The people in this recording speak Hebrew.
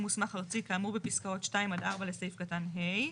מוסמך ארצי כאמור בפסקות 2 עד 4 לסעיף קטן (ה)